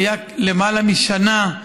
היה למעלה משנה,